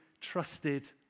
trusted